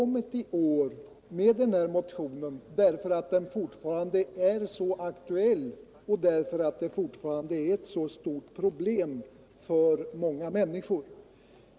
Motionen är alltså fortfarande aktuell, eftersom det här är ett så stort problem för många människor.